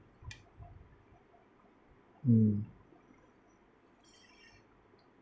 mm